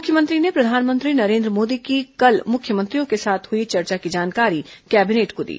मुख्यमंत्री ने प्रधानमंत्री नरेन्द्र मोदी की कल मुख्यमंत्रियों के साथ हई चर्चा की जानकारी कैबिनेट को दी